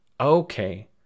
okay